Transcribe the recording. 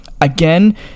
Again